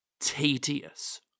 tedious